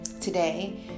Today